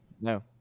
no